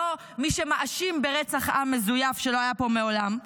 לא מי שמאשימים אותם ברצח עם מזויף שלא היה פה מעולם,